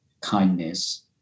kindness